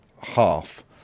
half